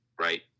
Right